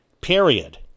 period